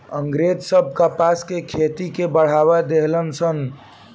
अँग्रेज सब कपास के खेती के बढ़ावा देहलन सन